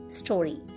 story